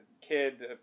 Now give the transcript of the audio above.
kid